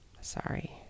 Sorry